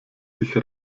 sich